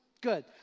Good